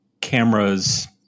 cameras